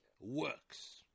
works